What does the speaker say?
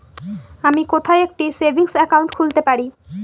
আমি কোথায় একটি সেভিংস অ্যাকাউন্ট খুলতে পারি?